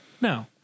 No